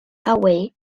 away